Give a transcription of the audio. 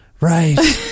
right